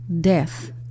death